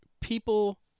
people